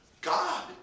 God